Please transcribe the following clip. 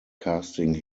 casting